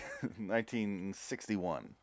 1961